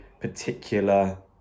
particular